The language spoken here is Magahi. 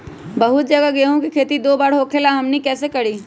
बहुत जगह गेंहू के खेती दो बार होखेला हमनी कैसे करी?